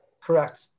Correct